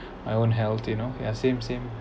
I own health you know ya same same